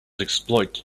exploit